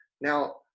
Now